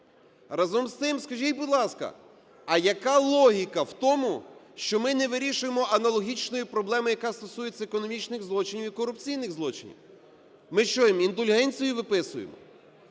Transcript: Разом з цим, скажіть, будь ласка, а яка логіка в тому, що ми не вирішуємо аналогічної проблеми, яка стосується економічних злочинів і корупційних злочинів? Ми що, їм індульгенції виписуємо?